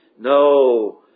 No